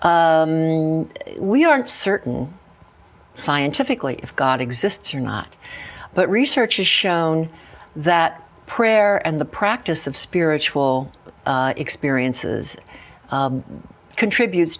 we aren't certain scientifically if god exists or not but research has shown that prayer and the practice of spiritual experiences contributes